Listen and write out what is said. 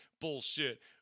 bullshit